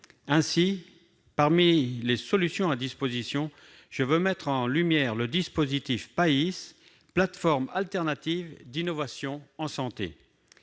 Ainsi, parmi les solutions à disposition, je veux mettre en lumière le dispositif PAIS, plateforme alternative d'innovation en santé.